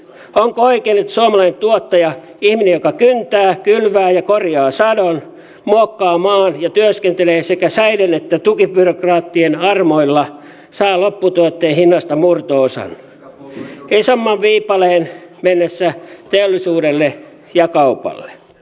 onko oikein että suomalainen tuottaja ihminen joka kyntää kylvää ja korjaa sadon muokkaa maan ja työskentelee sekä säiden että tukibyrokraattien armoilla saa lopputuotteen hinnasta murto osan isomman viipaleen mennessä teollisuudelle ja kaupalle